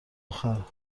آخره